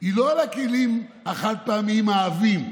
היא לא על הכלים החד-פעמים העבים,